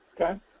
Okay